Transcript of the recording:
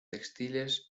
textiles